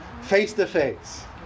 face-to-face